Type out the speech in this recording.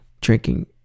drinking